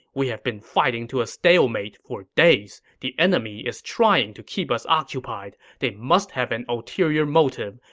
we have been fighting to a stalemate for days. the enemy is trying to keep us occupied. they must have an ulterior motive.